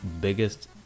biggest